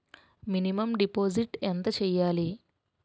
Minimum deposit ఎంత చెయ్యాలి?